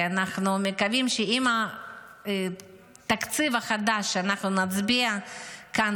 אנחנו מקווים שהתקציב החדש שנצביע עליו כאן